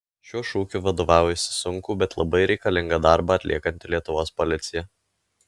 šiuo šūkiu vadovaujasi sunkų bet labai reikalingą darbą atliekanti lietuvos policija